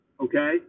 okay